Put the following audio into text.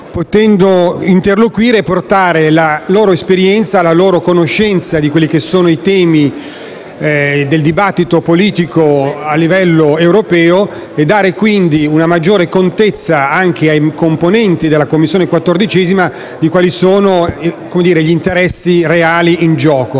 così interloquire e portare la loro esperienza e la loro conoscenza dei temi del dibattito politico a livello europeo e dare, quindi, una maggiore contezza anche ai componenti della 14a Commissione di quali sono gli interessi reali in gioco.